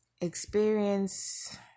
experience